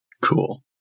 Cool